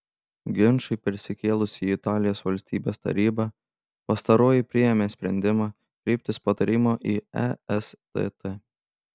ginčui persikėlus į italijos valstybės tarybą pastaroji priėmė sprendimą kreiptis patarimo į estt